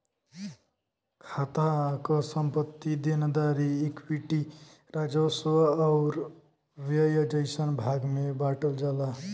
खाता क संपत्ति, देनदारी, इक्विटी, राजस्व आउर व्यय जइसन भाग में बांटल जाला